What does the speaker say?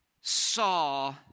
saw